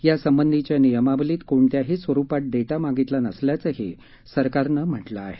या संबंधीच्या नियमावलीत कोणत्याही स्वरुपात डेटा मागितला नसल्याचंही सरकारनं सांगितलं आहे